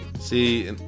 See